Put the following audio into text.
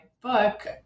book